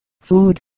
food